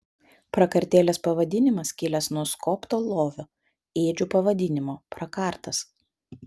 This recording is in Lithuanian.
prakartėlės pavadinimas kilęs nuo skobto lovio ėdžių pavadinimo prakartas